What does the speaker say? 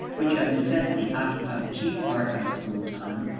which of necessity occupy the chief part of school time,